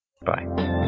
Bye